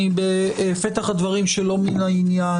אני בפתח הדברים שלא מן העניין,